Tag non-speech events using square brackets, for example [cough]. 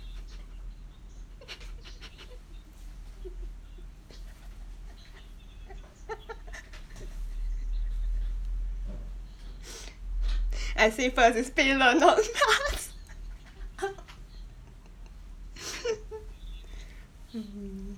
[breath] [laughs] [breath] I say first it's Peile not us [breath] [laughs] [breath] ha hmm